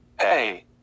Hey